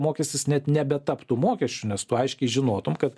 mokestis net nebetaptų mokesčiu nes tu aiškiai žinotum kad